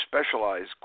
specialized